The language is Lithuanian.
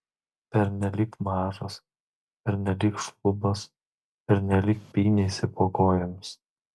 pernelyg mažas pernelyg šlubas pernelyg pynėsi po kojomis